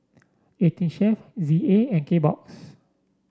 Eighteen Chef Z A and Kbox